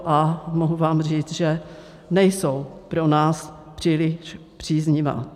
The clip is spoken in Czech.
A mohu vám říct, že nejsou pro nás příliš příznivá.